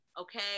Okay